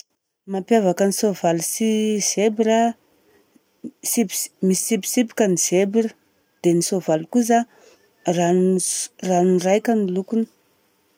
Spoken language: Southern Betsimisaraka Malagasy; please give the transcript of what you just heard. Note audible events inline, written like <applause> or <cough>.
Mampiavaka ny soavaly sy ny zebra an: mitsipi- mitsipitsipika ny zebra, dia ny soavaly kosa an, <hesitation> ranon'ny raika ny lokony.